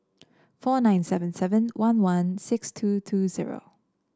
four nine seven seven one one six two two zero